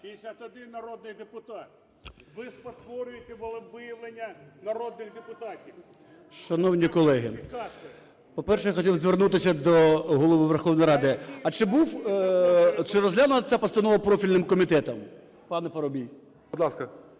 Шановні колеги, по-перше, я хотів звернутися до Голови Верховної Ради. А чи розглянута ця постанова профільним комітетом, пане Парубій?